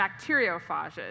bacteriophages